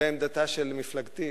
ועמדתה של מפלגתי,